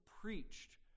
preached